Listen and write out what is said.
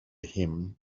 him